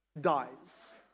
dies